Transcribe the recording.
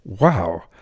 wow